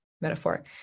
metaphor